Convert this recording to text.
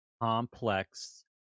complex